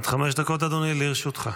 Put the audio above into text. עד חמש דקות, אדוני, לרשותך.